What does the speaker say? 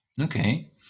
Okay